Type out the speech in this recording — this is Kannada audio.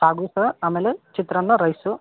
ಸಾಗು ಸರ್ ಆಮೇಲೆ ಚಿತ್ರಾನ್ನ ರೈಸು